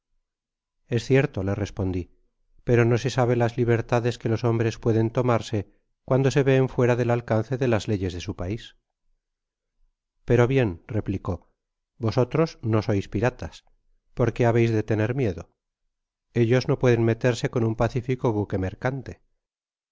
es cierto le respndi pero no se sabe las libertades que los hombres pueden tomarse cuando se ven fuera del alcance de las leyes de su pais pero bien replicó vostros no sois piratas por qué habeis de tener miedo ellos no pueden meterse coa un pacífico buque mercante